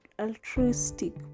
altruistic